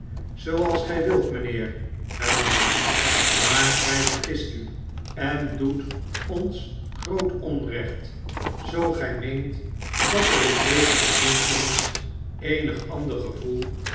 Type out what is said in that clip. zooals gij wilt mijnheer hernam ik maar gij vergist u en doet ons groot onrecht zoo gij meent dat er in deze verbintenis eenig ander e evoel